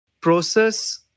Process